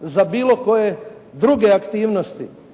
za bilo koje druge aktivnosti.